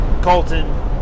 Colton